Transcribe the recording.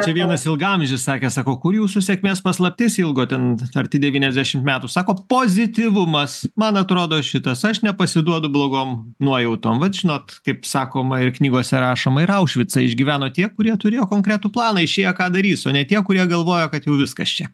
čia vienas ilgaamžis sakė sako kur jūsų sėkmės paslaptis ilgo ten arti devyniasdešimt metų sako pozityvumas man atrodo šitas aš nepasiduodu blogom nuojautom vat žinot kaip sakoma ir knygose rašoma ir aušvicą išgyveno tie kurie turėjo konkretų planą išėję ką darys o ne tie kurie galvojo kad jau viskas čia